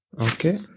Okay